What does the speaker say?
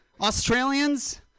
Australians